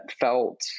felt